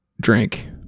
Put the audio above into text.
drink